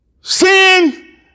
Sin